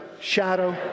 shadow